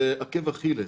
זה עקב אכילס.